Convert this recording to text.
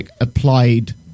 applied